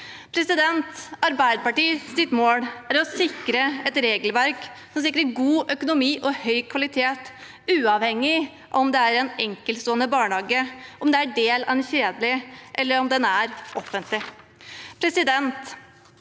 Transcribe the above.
Arbeiderpartiets mål er å sikre et regelverk som sikrer god økonomi og høy kvalitet, uavhengig av om barnehagen er enkeltstående, den er del av en kjede, eller den er offentlig.